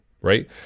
right